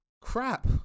crap